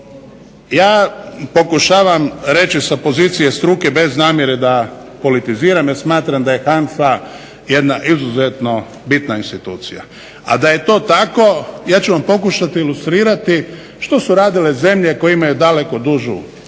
Ja pokušavam reći sa pozicije struke bez namjere da politiziram jer smatram da je HANFA jedna izuzetno bitna institucija. A daje to tako ja ću vam pokušati ilustrirati što su radile zemlje koje imaju daleko dužu i